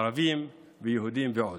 ערבים ויהודים ועוד.